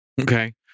Okay